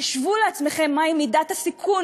חשבו לעצמכם מהי מידת הסיכון,